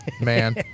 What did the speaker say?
Man